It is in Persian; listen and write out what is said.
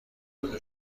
مورد